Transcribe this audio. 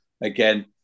again